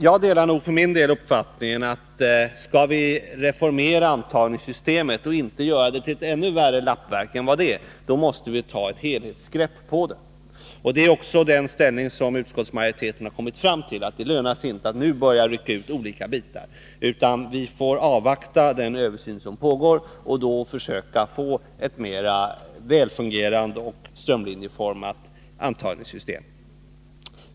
Jag delar nog uppfattningen att skall vi reformera antagningssystemet och inte göra det till ett ännu värre lappverk än vad det är, då måste vi ta ett helhetsgrepp på det. Det är också den inställning som utskottsmajoriteten har kommit fram till. Det lönar sig inte att nu börja rycka ut olika bitar, utan vi får avvakta den översyn som pågår och sedan försöka få ett mera välfungerande och strömlinjeformat antagningssystem.